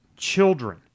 children